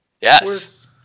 yes